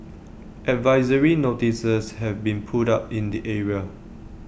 advisory notices have been put up in the area